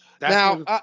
Now